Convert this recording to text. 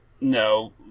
no